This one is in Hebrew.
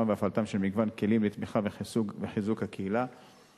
והפעלתם של מגוון כלים לתמיכה וחיזוק הקהילה